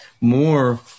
more